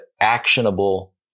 actionable